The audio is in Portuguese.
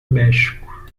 méxico